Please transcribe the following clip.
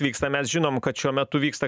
vyksta mes žinom kad šiuo metu vyksta